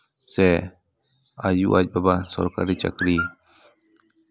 ᱥᱮ ᱟᱡ ᱟᱭᱳ ᱟᱡ ᱵᱟᱵᱟ ᱥᱚᱨᱠᱟᱨᱤ ᱪᱟᱹᱠᱨᱤ